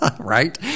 right